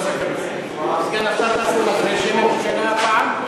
סגן השר אקוניס עונה בשם הממשלה הפעם,